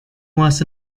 was